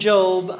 Job